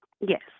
Yes